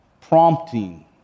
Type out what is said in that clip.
prompting